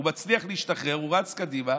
הוא מצליח להשתחרר, הוא רץ קדימה,